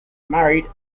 married